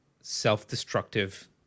self-destructive